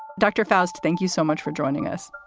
dr. foust, thank you so much for joining us.